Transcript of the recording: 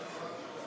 קבוצת